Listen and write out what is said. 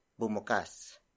bumukas